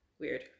weird